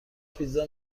پیتزا